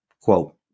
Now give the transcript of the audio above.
quote